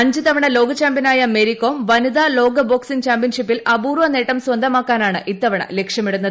അഞ്ച് തവണ ലോക ചാമ്പ്യനായ മേരി കോം വനിതാ ലോക് ബോക്സിംഗ് ചാമ്പ്യൻഷിപ്പിൽ അപൂർവ്വ നേട്ടം സ്വന്തമാക്കാനാണ് ലക്ഷ്യമിടുന്നത്